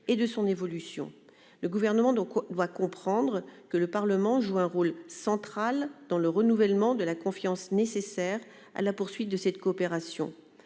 et de son évolution. Le Gouvernement doit comprendre que le Parlement joue un rôle central dans le renouvellement de la confiance nécessaire à la poursuite de cette coopération.